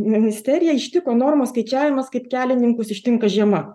ministeriją ištiko normos skaičiavimas kaip kelininkus ištinka žiema